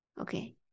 Okay